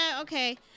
Okay